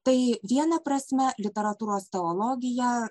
tai viena prasme literatūros teologija